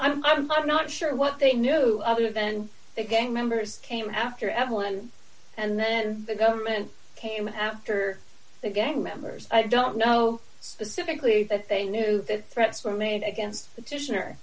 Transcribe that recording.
him i'm not sure what they know other than the gang members came after everyone and then the government came after the gang members i don't know specifically that they knew that threats were made against the dicti